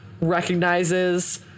recognizes